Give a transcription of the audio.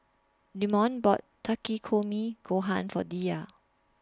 Demond bought Takikomi Gohan For Diya